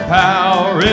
power